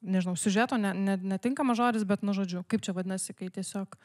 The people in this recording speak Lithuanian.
nežinau siužeto ne ne netinkamas žodis bet nu žodžiu kaip čia vadinasi kai tiesiog